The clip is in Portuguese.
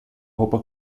roupa